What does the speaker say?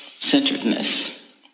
centeredness